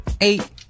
Eight